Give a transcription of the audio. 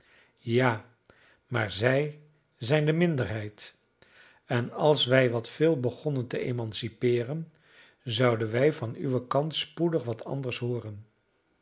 ja maar zij zijn de minderheid en als wij wat veel begonnen te emancipeeren zouden wij van uwen kant spoedig wat anders hooren